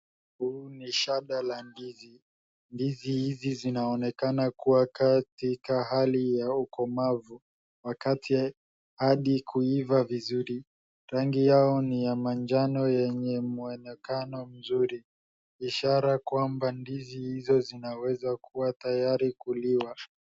Huu ni shada la ndizi , ndizi hizi zinaonekana kuwa katika hali ya ukomavu wakati hadi kuiva vizuri rangi yao ni ya manjano yenye mwonekano mzuri ishara kwamba ndizi hizo zinaweza kuwa tayari kuliwa.